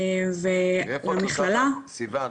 סיון,